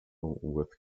with